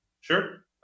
sure